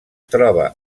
troba